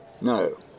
No